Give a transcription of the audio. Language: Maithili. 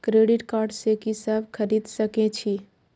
क्रेडिट कार्ड से की सब खरीद सकें छी?